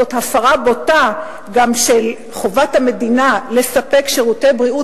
זאת הפרה בוטה גם של חובת המדינה לספק שירותי בריאות